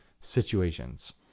Situations